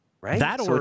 Right